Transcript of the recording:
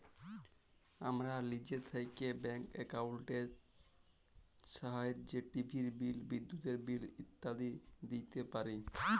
আমরা লিজে থ্যাইকে ব্যাংক একাউল্টের ছাহাইয্যে টিভির বিল, বিদ্যুতের বিল ইত্যাদি দিইতে পারি